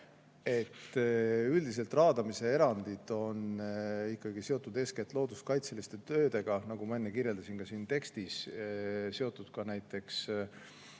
Üldiselt on raadamise erandid ikkagi seotud eeskätt looduskaitseliste töödega, nagu ma enne kirjeldasin, siin tekstis on need seotud ka näiteks